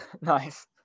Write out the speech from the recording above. Nice